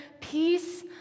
peace